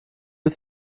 ist